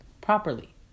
properly